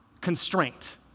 constraint